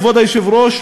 כבוד היושב-ראש,